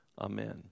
Amen